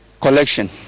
collection